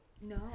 No